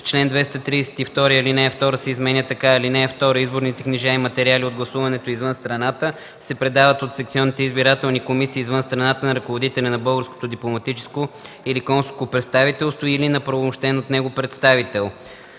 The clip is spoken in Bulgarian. чл. 232 ал. 2 се изменя така: „(2) Изборните книжа и материали от гласуването извън страната се предават от секционните избирателни комисии извън страната на ръководителя на българското дипломатическо или консулско представителство или на оправомощен от него представител.